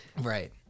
right